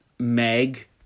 Meg